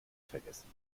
vergessen